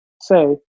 say